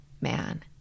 man